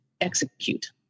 execute